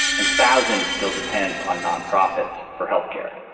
and thousands still depend on nonprofits for health care